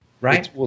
Right